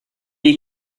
est